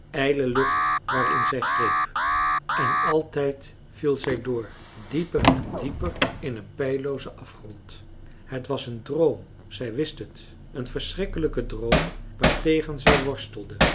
ijle lucht waarin zij greep en altijd viel zij door dieper en dieper in een peilloozen afgrond het was een droom zij wist het een verschrikkelijke droom waartegen zij worstelde